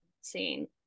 seeing